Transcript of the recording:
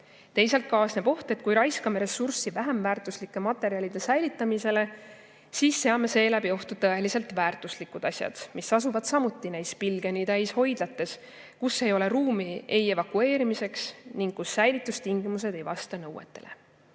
Teisalt kaasneb oht, et kui raiskame ressurssi vähem väärtuslike materjalide säilitamisele, siis seame seeläbi ohtu tõeliselt väärtuslikud asjad, mis asuvad samuti neis pilgeni täis hoidlates, kus ei ole ruumi evakueerimiseks ning kus säilitustingimused ei vasta nõuetele.